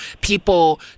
people